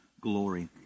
glory